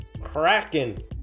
Kraken